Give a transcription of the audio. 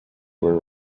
were